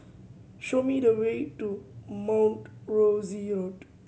show me the way to Mount Rosie Road